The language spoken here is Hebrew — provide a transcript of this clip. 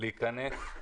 להיכנס.